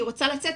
היא רוצה לצאת,